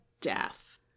death